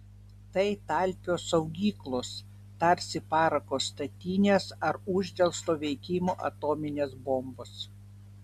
tai talpios saugyklos tarsi parako statinės ar uždelsto veikimo atominės bombos